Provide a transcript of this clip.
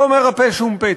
לא מרפא שום פצע.